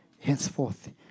henceforth